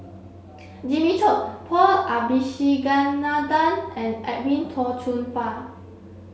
Jimmy Chok Paul Abisheganaden and Edwin Tong Chun Fai